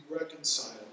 reconciled